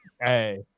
hey